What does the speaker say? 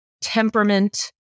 temperament